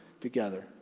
together